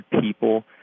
people